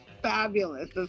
fabulous